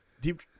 Deep